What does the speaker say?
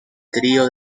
trío